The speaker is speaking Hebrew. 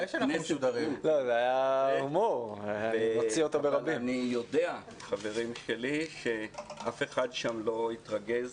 אני יודע, חברים שלי, שאף אחד שם לא התרגז